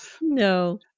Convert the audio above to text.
No